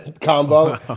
combo